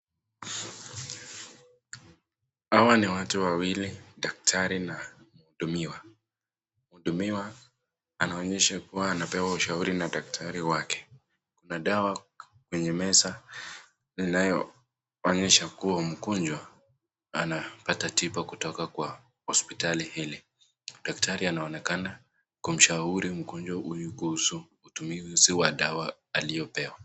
Hawa ni watu wawili daktari na mhudumiwa, mhudumiwa anaonyesha kuwa anapewa ushauri na daktari wake. Kuna dawa kwenye meza linalo onyesha kuwa mgonjwa anapata tiba kutoka hospitali hili. Daktari anaonekana kumshauri mgonjwa huyu kuhusu utumizi wa dawa aliyopewa.